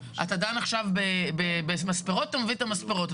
אתה דן עכשיו במספרות אתה מביא את המספרות.